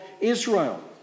Israel